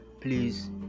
please